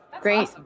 great